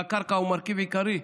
והקרקע היא מרכיב עיקרי,